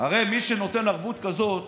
הרי מי שנותן ערבות כזאת